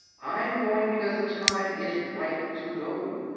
i'm going because the time is ripe to go.